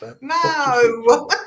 No